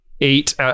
eight